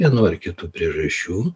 vienų ar kitų priežasčių